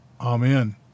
Amen